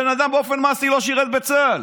הבן אדם באופן מעשי לא שירת בצה"ל,